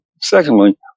secondly